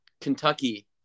Kentucky